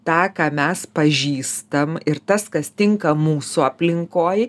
tą ką mes pažįstam ir tas kas tinka mūsų aplinkoj